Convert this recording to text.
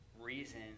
reason